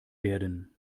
werden